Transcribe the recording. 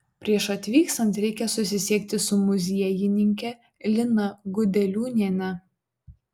prieš atvykstant reikia susisiekti su muziejininke lina gudeliūniene